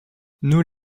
nous